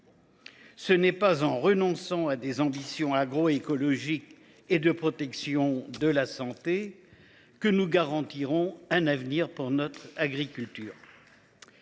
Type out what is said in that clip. Ce n’est pas en renonçant à des ambitions agroécologiques visant à protéger la santé que nous garantirons l’avenir de notre agriculture.